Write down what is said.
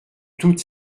toutes